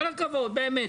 כל הכבוד, באמת.